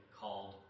called